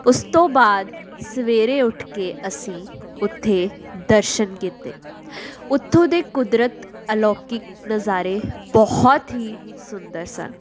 ਉਸ ਤੋਂ ਬਾਅਦ ਸਵੇਰੇ ਉੱਠ ਕੇ ਅਸੀਂ ਉੱਥੇ ਦਰਸ਼ਨ ਕੀਤੇ ਉੱਥੋਂ ਦੇ ਕੁਦਰਤ ਅਲੌਕਿਕ ਨਜ਼ਾਰੇ ਬਹੁਤ ਹੀ ਸੁੰਦਰ ਸਨ